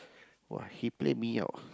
!wah! he played me out